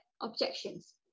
objections